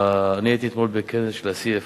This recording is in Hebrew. הייתי אתמול בכנס של ה-CFO.